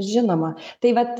žinoma tai vat